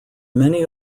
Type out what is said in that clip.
many